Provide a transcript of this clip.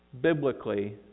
biblically